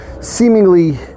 seemingly